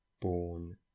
born